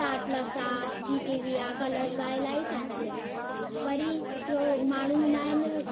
star plus आहे Zee TV आहे colors आहे इलाही चैनल आहिनि वरी जो माण्हू हूंदा आहिनि